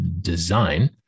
design